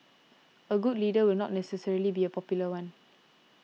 a good leader will not necessarily be a popular one